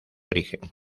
origen